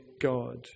God